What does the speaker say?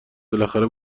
بالاخره